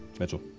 mitchell.